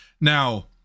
Now